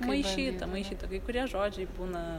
maišyta maišyta kai kurie žodžiai būna